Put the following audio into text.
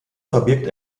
verbirgt